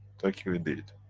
thank you indeed.